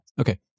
Okay